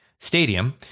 stadium